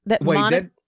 Wait